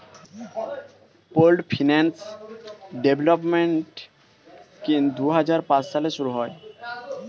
pooled finance development scheme দুই হাজার পাঁচ সালে শুরু হয়